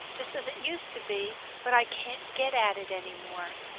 just as it used to be, but i can't get at it any more.